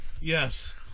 Yes